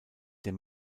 der